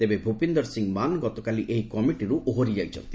ତେବେ ଭୂପିନ୍ଦର ସିଂହ ମାନ ଗତକାଲି ଏହି କମିଟିରୁ ଓହରି ଯାଇଛନ୍ତି